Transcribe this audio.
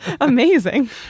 Amazing